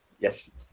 Yes